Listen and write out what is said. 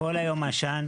כל היום עשן,